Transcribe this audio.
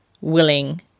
willing